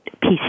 peace